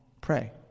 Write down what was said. Pray